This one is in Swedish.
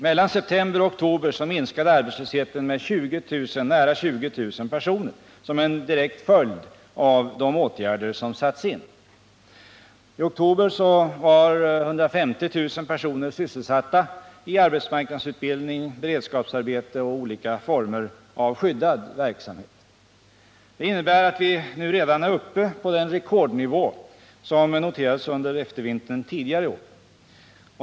Mellan september och oktober minskade arbetslösheten med nära 20 000 personer som en direkt följd av de åtgärder som sattesin. I oktober var 150 000 personer sysselsatta i arbetsmarknadsutbildning, beredskapsarbete och olika former av skyddad verksamhet. Det innebär att vi redan nu är uppe på den rekordnivå som noterades under eftervintern tidigare år.